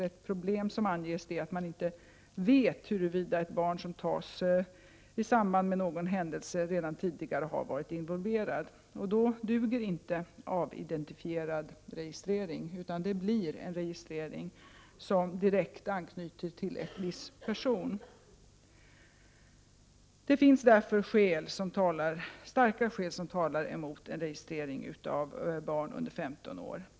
Ett problem som anges är att man inte vet huruvida ett barn som tas i samband med någon händelse har varit involverad redan tidigare. Då duger inte avidentifierad registrering, utan det blir fråga om en registrering som direkt anknyter till en viss person. Det finns därför starka skäl som talar mot en registrering av barn under 15 år.